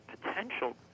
potential